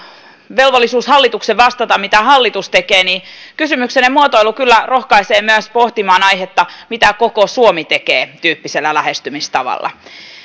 velvollisuus hallituksella vastata mitä hallitus tekee kysymyksenne muotoilu kyllä rohkaisee pohtimaan aihetta myös mitä koko suomi tekee tyyppisellä lähestymistavalla